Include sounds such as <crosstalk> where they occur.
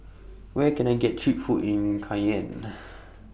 Where Can I get Cheap Food in Cayenne <noise>